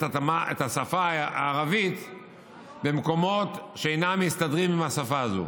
השפה הערבית למקומות שאינם מסתדרים עם השפה הזו,